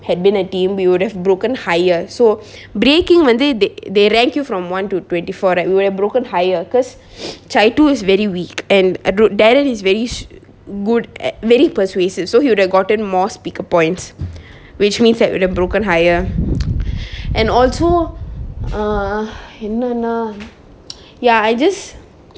had been a team we would have broken highest so breaking வந்து:vanthu they they rank you from one to twenty four right we would have broken higher cause chitu is very weak and darren is very good at very persuasive so he would've gotten more speaker points which means that we would have broken higher and also err என்னன்னா:ennanna ya I just